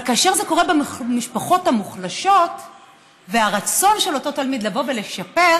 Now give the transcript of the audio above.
אבל כאשר זה קורה במשפחות המוחלשות ויש רצון של אותו תלמיד לבוא ולשפר,